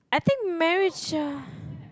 think marriage uh